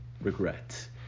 regret